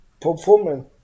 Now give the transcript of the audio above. performing